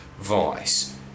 Vice